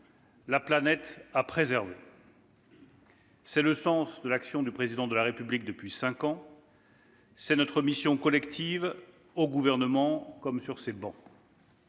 la planète à préserver. « C'est le sens de l'action du Président de la République depuis cinq ans. C'est notre mission collective, au Gouvernement comme sur ces bancs.